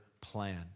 plan